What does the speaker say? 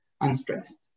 unstressed